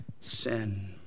sin